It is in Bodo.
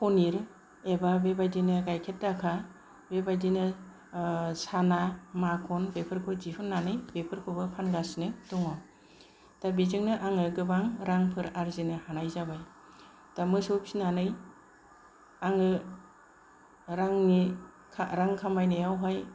पनिर एबा बेबायदिनो गाइखेर दाखा बेबायदिनो साना माखन बेफोरखौ दिहुन्नानै बेफोरखौबो फानगासिनो दङ दा बेजोंनो आङो गोबां रांफोर आर्जिनो हानाय जाबाय दा मोसौ फिसिनानै आङो रांनि रां खामायनायावहाय